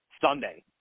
Sunday